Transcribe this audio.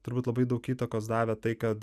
turbūt labai daug įtakos davė tai kad